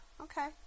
okay